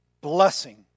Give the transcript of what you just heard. blessing